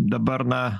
dabar na